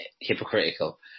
hypocritical